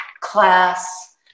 class